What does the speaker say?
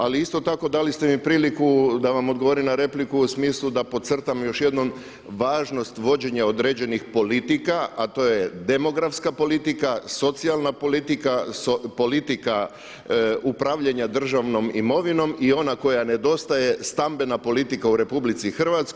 Ali isto tako dali ste mi priliku da vam odgovorim na repliku u smislu da podcrtam još jednom važnost vođenja određenih politika, a to je demografska politika, socijalna politika, politika upravljanja državnom imovinom i ona koja nedostaje stambena politika u RH.